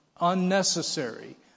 unnecessary